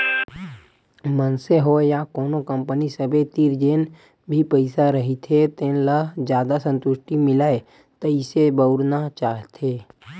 मनसे होय या कोनो कंपनी सबे तीर जेन भी पइसा रहिथे तेन ल जादा संतुस्टि मिलय तइसे बउरना चाहथे